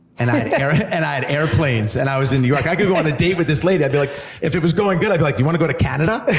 and i and i had airplanes, and i was in new york, i could go on a date with this lady, i'd be like, if it was going good, i'd be like, you want to go to canada?